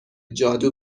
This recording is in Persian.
جادو